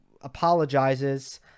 apologizes